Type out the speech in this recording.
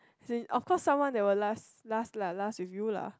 as in of course someone there will last last lah last with you lah